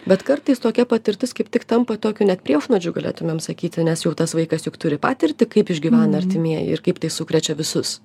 bet kartais tokia patirtis kaip tik tampa tokiu net priešnuodžiu galėtumėm sakyti nes jau tas vaikas juk turi patirtį kaip išgyvena artimieji ir kaip tai sukrečia visus